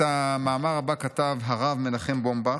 את המאמר הבא כתב הרב מנחם בומבך,